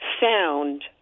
sound